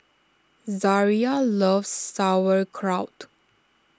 Zaria loves Sauerkraut